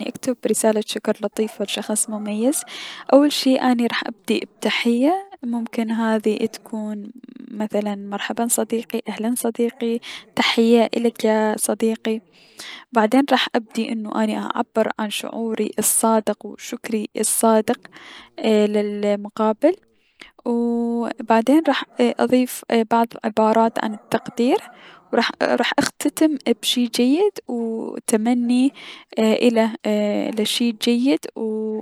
انو اني اكتب رسالة شكر لطيفة لشخص، اول شي راح ابدي اني بتحية، ممكن هذي اتكون مثلا مرحبا صديقي او اهلا صديقي تحية الك يا صديقي، بعدين راح ابدي انو اني اعبر عن شعوري الصادق و شكري الصادق اي للمقابل و و بعدين راح اضيف بعض العبارات عن التقدير و لراح اختت اختتم بشي جيد و التمني اله بشي جيد.